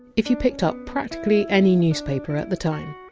if you picked up practically any newspaper at the time,